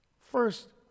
First